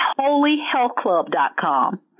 HolyHealthClub.com